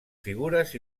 figures